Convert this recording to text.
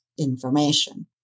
information